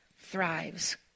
Thrives